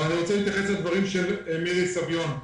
אבל אני רוצה להתייחס לדברים של מירי סביון.